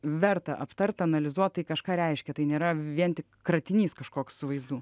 verta aptart analizuot tai kažką reiškia tai nėra vien tik kratinys kažkoks vaizdų